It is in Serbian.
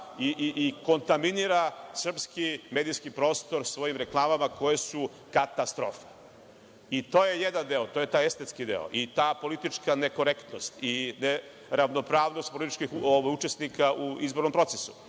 i kontaminira srpski medijski prostor svojim reklama koje su katastrofa. To je jedan deo, to je taj estetski deo i ta politička nekorektnost i neravnopravnost političkih učesnika u izbornom procesu.